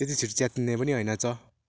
त्यति छिट्टो च्यातिने पनि होइन रहेछ